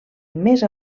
més